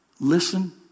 Listen